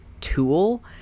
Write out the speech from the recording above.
tool